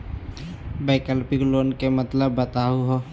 वैकल्पिक लोन के मतलब बताहु हो?